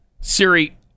Siri